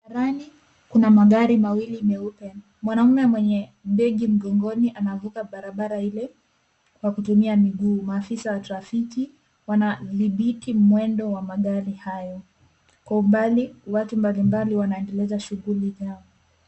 Rani kuna magari mawili meupe. Mwanaume mwenye begi mgongoni anavuka barabara ile kwa kutumia miguu. Maafisa wa trafiki wananibiki mwendo wa magari hayo. Kwa umbali, watu mbalimbali wanaendeleza shuguli zao.